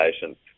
patients